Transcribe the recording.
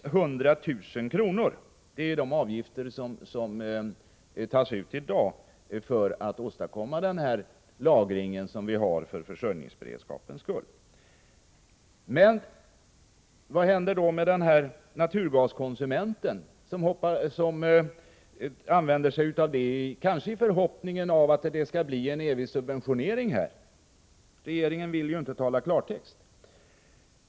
medan däremot en naturgaskonsument som förbrukar motsvarande mängd kommer ifrån beredskapslagringskostnaden.” Det är en relativt stor avgift som tas ut i dag för att åstadkomma den lagring som vi har för försörjningsberedskapens skull. Men vad händer med dem som använder naturgas, kanske i förhoppningen om att det skall bli en evig subventionering? Regeringen vill ju inte tala klartext.